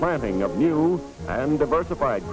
planting of new and diversified